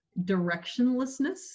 Directionlessness